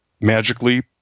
magically